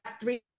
three